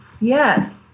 Yes